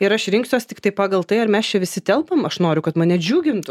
ir aš rinksiuos tiktai pagal tai ar mes čia visi telpam aš noriu kad mane džiugintų